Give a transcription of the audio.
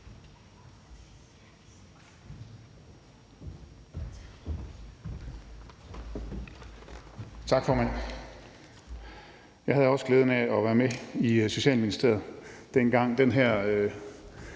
Tak, formand. Jeg havde også glæden af at være med i Socialministeriet, dengang